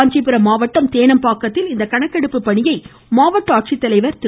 காஞ்சிபுரம் மாவட்டம் தேனம்பாக்கத்தில் இந்த கணக்கெடுப்பு பணியை மாவட்ட ஆட்சித்தலைவர் திரு